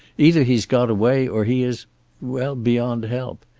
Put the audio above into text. either he's got away, or he is well, beyond help.